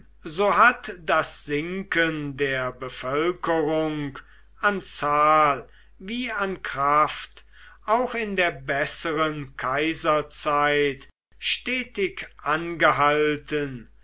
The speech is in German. so hat das sinken der bevölkerung an zahl wie an kraft auch in der besseren kaiserzeit stetig angehalten